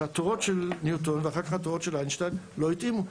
שהתורות של ניוטון ואחר-כך התורות של איינשטיין לא התאימו.